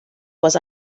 was